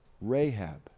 Rahab